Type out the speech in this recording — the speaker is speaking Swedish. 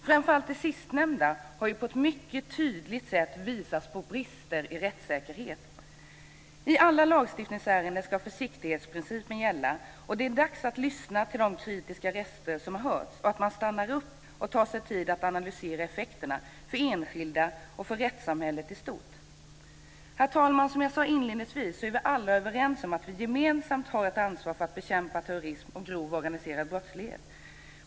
Framför allt det sistnämnda har på ett mycket tydligt sätt visat på brister i rättssäkerhet. I alla lagstiftningsärenden ska försiktighetsprincipen gälla, och det är dags att lyssna till de kritiska röster som har hörts, att stanna upp och att ta sig tid att analysera effekterna för enskilda och för rättssamhället i stort. Herr talman! Som jag sade inledningsvis, är vi alla överens om att vi alla gemensamt har ett ansvar för att bekämpa terrorism och grov organiserad brottslighet.